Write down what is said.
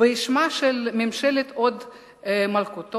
בשמה של ממשלת הוד מלכותו,